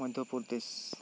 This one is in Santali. ᱢᱚᱫᱽᱫᱷᱭᱚ ᱯᱨᱚᱫᱮᱥ